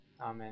Amen